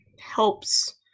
helps